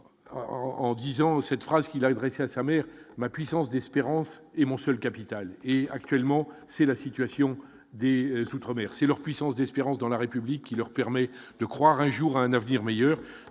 en disant cette phrase qu'il adresse à sa mère, ma puissance d'espérance et mon seul capital et actuellement, c'est la situation des soutes remercier leur puissance d'espérance dans la République, qui leur permet de croire un jour à un avenir meilleur,